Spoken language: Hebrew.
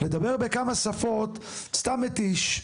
כי לדבר בכמה שפות זה סתם מתיש,